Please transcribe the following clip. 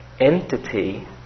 entity